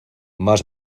más